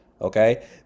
Okay